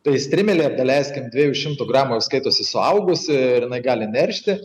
tai strimelė daleiskim dviejų šimtų gramų skaitosi suaugusi ir jinai gali neršti